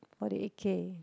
forty eight K